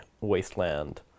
wasteland